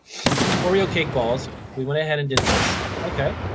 oreo cake balls, we went ahead and did this. okay,